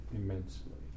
immensely